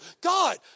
God